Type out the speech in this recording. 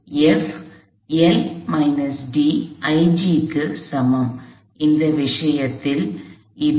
எனவே IG க்கு சமம் இந்த விஷயத்தில் இது